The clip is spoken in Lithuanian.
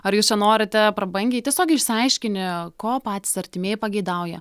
ar jūs čia norite prabangiai tiesiog išsiaiškini ko patys artimieji pageidauja